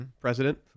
President